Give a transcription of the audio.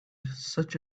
such